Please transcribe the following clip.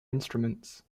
instruments